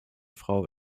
frau